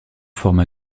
forme